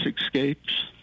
escapes